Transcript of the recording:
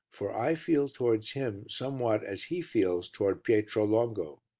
for i feel towards him somewhat as he feels towards pietro longo.